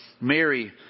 Mary